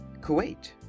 Kuwait